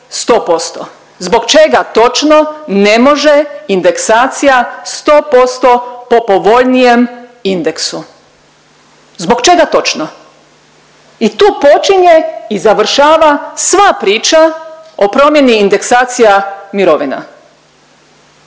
100%. Zbog čega točno ne može indeksacija 100% po povoljnijem indeksu? Zbog čega točno? I tu počinje i završava sva priča o promjeni indeksacija mirovina.